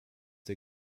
der